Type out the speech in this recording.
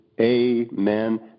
amen